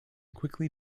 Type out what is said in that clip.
quickly